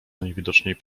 najwidoczniej